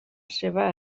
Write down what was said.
seva